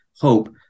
hope